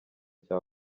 cya